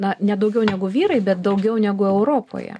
na ne daugiau negu vyrai bet daugiau negu europoje